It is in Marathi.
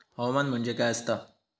हवामान म्हणजे काय असता?